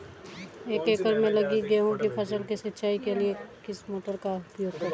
एक एकड़ में लगी गेहूँ की फसल की सिंचाई के लिए किस मोटर का उपयोग करें?